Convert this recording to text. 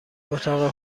اتاق